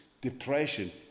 depression